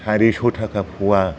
सारिस' थाखा फवा